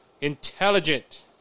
intelligent